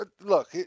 look